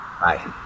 Bye